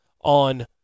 on